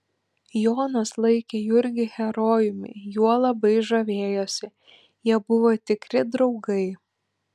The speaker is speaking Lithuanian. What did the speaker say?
jonas laikė jurgį herojumi juo labai žavėjosi jie buvo tikri draugai